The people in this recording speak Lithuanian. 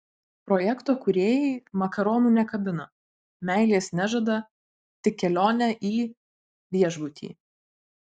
projekto kūrėjai makaronų nekabina meilės nežada tik kelionę į viešbutį